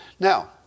Now